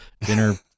dinner